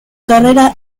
carrera